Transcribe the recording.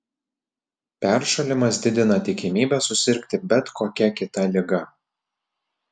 peršalimas didina tikimybę susirgti bet kokia kita liga